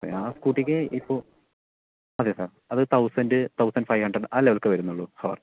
ആ സ്കൂട്ടിക്ക് ഇപ്പോൾ അതെ സർ അത് തൗസൻ്റ് തൗസൻ്റ് ഫൈവ് ഹൺഡ്രഡ് ആ ലെവലൊക്കെയേ വരുന്നുളളൂ ഹവർ